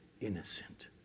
innocent